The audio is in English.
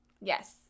Yes